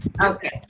Okay